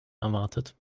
erwartet